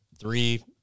Three